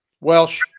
Welsh